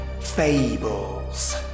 fables